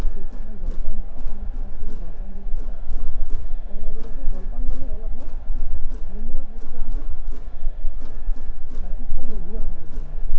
সেইকাৰণে জলপান বা অসমীয়া সংস্কৃতিত জলপান বুলি ক'লে আপোনালোকে ক'ব পাৰিব যে জলপান মানে হ'ল আপোনাৰ যোনবিলাক বস্তুৱে আমাৰ ৰাতিপুৱাৰ লঘু আহাৰৰ ভিতৰত পৰে